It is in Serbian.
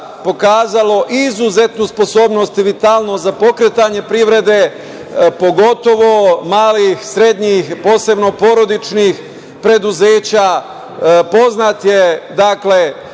pokazalo izuzetnu sposobnost i vitalnost za pokretanje privrede, pogotovo malih, srednjih, posebno porodičnih preduzeća,